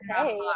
okay